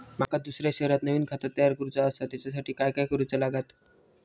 माका दुसऱ्या शहरात नवीन खाता तयार करूचा असा त्याच्यासाठी काय काय करू चा लागात?